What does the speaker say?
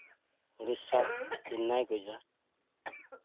Odisha Chennai Gujarat